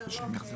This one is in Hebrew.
והיתר לא.